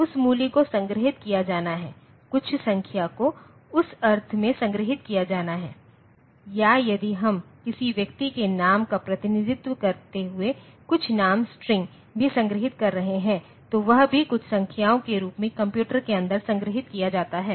उस मूल्य को संग्रहीत किया जाना है कुछ संख्या को उस अर्थ में संग्रहीत किया जाना है या यदि हम किसी व्यक्ति के नाम का प्रतिनिधित्व करते हुए कुछ नाम स्ट्रिंग भी संग्रहीत कर रहे हैं तो वह भी कुछ संख्याओं के रूप में कंप्यूटर के अंदर संग्रहीत किया जाता है